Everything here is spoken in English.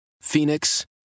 Phoenix